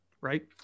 Right